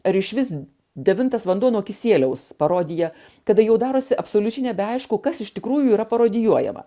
ar išvis devintas vanduo nuo kisieliaus parodija kada jau darosi absoliučiai nebeaišku kas iš tikrųjų yra parodijuojama